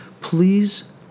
please